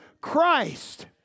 Christ